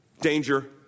danger